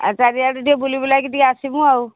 ଆ ଚାରିଆଡ଼ ଟିକେ ବୁଲି ବୁଲାକି ଟିକେ ଆସିବୁ ଆଉ